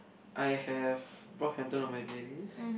I have Brockhampton on my playlist